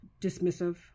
dismissive